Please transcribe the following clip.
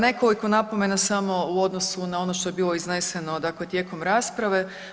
Nekoliko napomena samo u odnosu na ono što je bilo izneseno dakle tijekom rasprave.